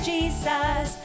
Jesus